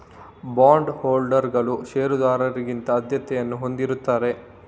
bond ಹೋಲ್ಡರುಗಳು ಷೇರುದಾರರಿಗಿಂತ ಆದ್ಯತೆಯನ್ನು ಹೊಂದಿರುತ್ತಾರೆ